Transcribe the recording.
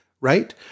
right